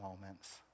moments